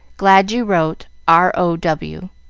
glad you wrote. r o w.